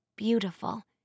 beautiful